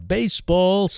Baseball